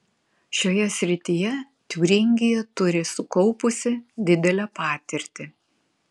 šioje srityje tiūringija turi sukaupusi didelę patirtį